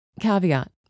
Caveat